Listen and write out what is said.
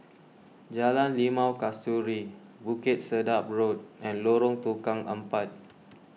Jalan Limau Kasturi Bukit Sedap Road and Lorong Tukang Empat